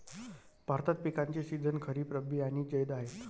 भारतात पिकांचे सीझन खरीप, रब्बी आणि जैद आहेत